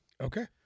Okay